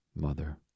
Mother